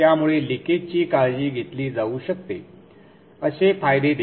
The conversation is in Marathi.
त्यामुळे लिकेज ची काळजी घेतली जाऊ शकते असे फायदे देखील आहेत